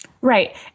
Right